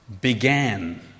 began